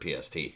PST